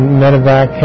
medevac